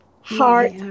heart